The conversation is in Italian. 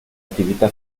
attività